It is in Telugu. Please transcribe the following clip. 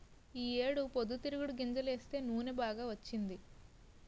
ఈ ఏడు పొద్దుతిరుగుడు గింజలేస్తే నూనె బాగా వచ్చింది